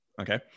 Okay